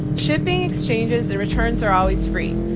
shipping, exchanges and returns are always free.